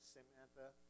Samantha